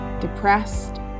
depressed